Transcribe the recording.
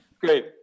Great